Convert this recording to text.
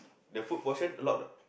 the food portion a lot or